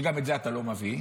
שגם את זה אתה לא מביא,